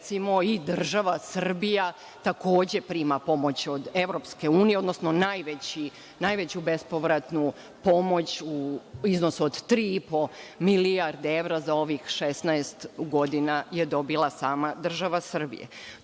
recimo, i država Srbija takođe prima pomoć od EU, odnosno najveću bespovratnu pomoć, u iznosu od 3,5 milijarde evra za ovih 16 godina, dobila je sama država Srbija. Tu